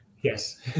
Yes